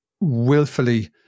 willfully